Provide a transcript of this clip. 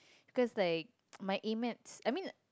because like my A-maths I mean